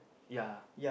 ya